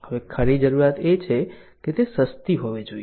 હવે ખરી જરૂરિયાત એ છે કે તે સસ્તી હોવી જોઈએ